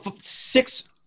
six